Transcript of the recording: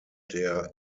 der